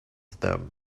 them